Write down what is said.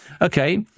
Okay